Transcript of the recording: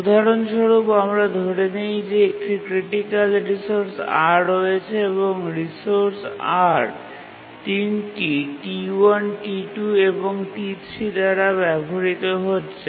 উদাহরণস্বরূপ আমরা ধরে নিই যে একটি ক্রিটিকাল রিসোর্স R রয়েছে এবং রিসোর্স R ৩টি T1 T2 এবং T3 দ্বারা ব্যবহৃত হচ্ছে